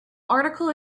article